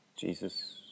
Jesus